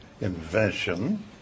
invention